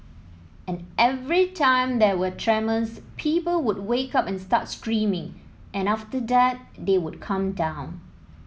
and every time there were tremors people would wake up and start screaming and after that they would calm down